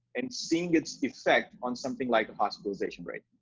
and seeing its effect on something like a hospitalization rate.